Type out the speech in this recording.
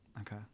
Okay